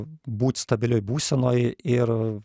būt stabilioj būsenoj ir